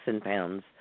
pounds